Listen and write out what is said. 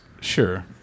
Sure